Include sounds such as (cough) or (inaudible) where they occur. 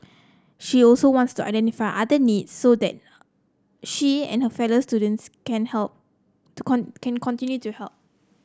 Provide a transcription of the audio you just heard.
she also wants to identify other needs so that she and her fellow students can help (unintelligible) can continue to help